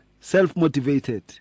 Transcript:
self-motivated